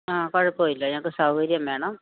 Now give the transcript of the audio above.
ആ കുഴപ്പമില്ല ഞങ്ങൾക്ക് സൗകര്യം വേണം